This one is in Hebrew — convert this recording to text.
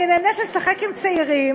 אני נהנית לשחק עם צעירים,